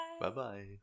Bye-bye